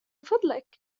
فضلك